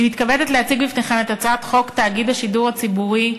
אני מתכבדת להציג בפניכם את הצעת חוק השידור הציבורי,